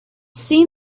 seen